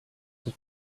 the